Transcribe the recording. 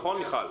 נכון, מיכל?